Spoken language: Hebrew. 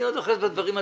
אני עוד בדברים הטכניים.